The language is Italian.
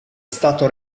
stato